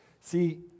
See